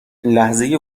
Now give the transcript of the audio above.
لحظه